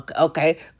okay